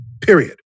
Period